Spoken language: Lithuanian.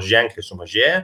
ženkliai sumažėję